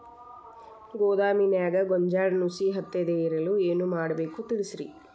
ಗೋದಾಮಿನ್ಯಾಗ ಗೋಂಜಾಳ ನುಸಿ ಹತ್ತದೇ ಇರಲು ಏನು ಮಾಡಬೇಕು ತಿಳಸ್ರಿ